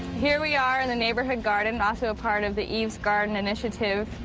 here we are in the neighborhood garden, also a part of the eve's garden initiative.